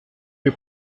die